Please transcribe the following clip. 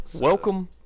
Welcome